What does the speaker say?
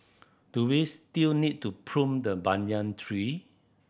do we still need to prune the banyan tree